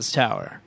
tower